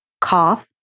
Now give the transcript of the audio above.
cough